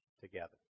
together